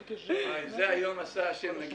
שהיושב-ראש אמר שהוא מפחד